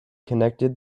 connected